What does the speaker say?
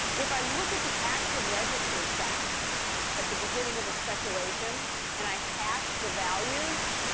if i look at the active register set at the beginning of a speculation and i hash the values,